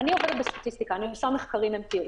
אני עובדת בסטטיסטיקה, ואני עושה מחקרים אמפיריים.